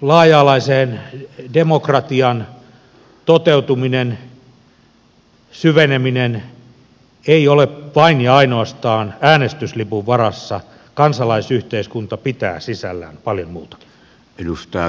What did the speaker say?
laaja alainen demokratian toteutuminen syveneminen ei ole vain ja ainoastaan äänestyslipun varassa kansalaisyhteiskunta pitää sisällään paljon muutakin